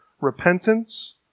repentance